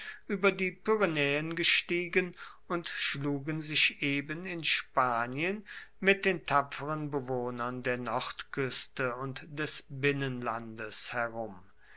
über die pyrenäen gestiegen und schlugen sich eben in spanien mit den tapferen bewohnern der nordküste und des binnenlandes herum